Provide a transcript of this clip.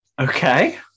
Okay